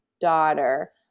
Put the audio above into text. daughter